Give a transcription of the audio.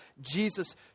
Jesus